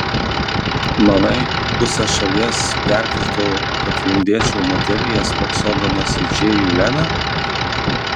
manai pusę šalies perkirtau kad lindėčiau motelyje spoksodamas į džėjų leną